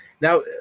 Now